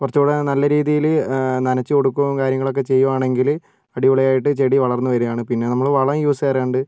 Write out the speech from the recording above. കുറച്ച് കൂടെ നല്ല രീതിയിൽ നനച്ചു കൊടുക്കും കാര്യങ്ങളൊക്കെ ചെയ്യുവാണെങ്കിൽ അടിപൊളിയായിട്ട് ചെടി വളർന്നു വരുവാണ് പിന്നെ നമ്മൾ വളം യൂസ് ചെയ്യാറുണ്ട്